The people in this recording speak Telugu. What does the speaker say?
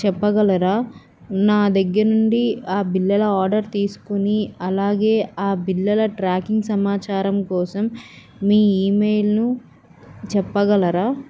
చెప్పగలరా నా దగ్గర నుండి ఆ బిల్లల ఆర్డర్ తీసుకుొని అలాగే ఆ బిల్లల ట్రాకింగ్ సమాచారం కోసం మీ ఈమెయిల్ను చెప్పగలరా